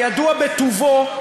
הידוע בטובו,